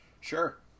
Sure